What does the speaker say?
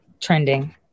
trending